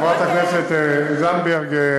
חברת הכנסת זנדברג,